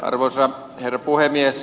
arvoisa herra puhemies